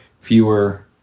Fewer